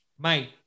mate